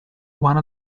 one